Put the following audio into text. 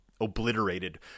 obliterated